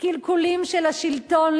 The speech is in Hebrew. ולחשוף קלקולים של השלטון,